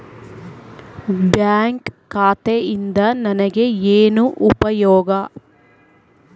Bank ಖಾತೆಯಿಂದ ನನಗೆ ಏನು ಉಪಯೋಗ?